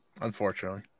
Unfortunately